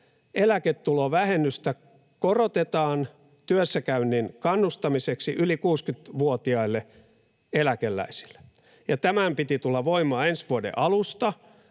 eläketulovähennystä korotetaan työssäkäynnin kannustamiseksi yli 60-vuotiaille eläkeläisille. Tämän piti tulla voimaan ensi vuoden alusta,